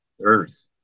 earth